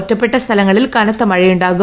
ഒറ്റപ്പെട്ട സ്ഥലങ്ങളിൽ കനത്ത മഴയുണ്ടാകും